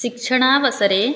शिक्षणावसरे